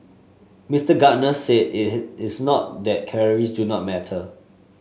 Mister Gardner said it is not that calories do not matter